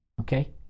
okay